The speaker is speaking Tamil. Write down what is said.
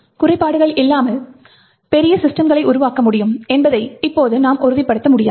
குறைபாடுகள் இல்லாமல் பெரிய சிஸ்டம்களை உருவாக்க முடியும் என்பதை இப்போது நாம் உறுதிப்படுத்த முடியாது